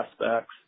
aspects